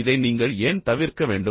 இதை நீங்கள் ஏன் தவிர்க்க வேண்டும்